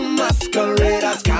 masqueraders